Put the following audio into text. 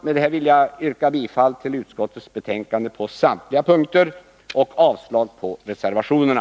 Med detta vill jag yrka bifall till utskottets hemställan på samtliga punkter och avslag på reservationerna.